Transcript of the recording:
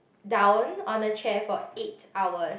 down on the chair for eight hours